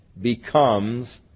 becomes